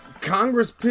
Congress